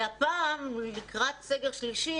והפעם לקראת סגר שלישי,